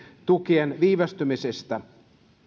tukien viivästymisestä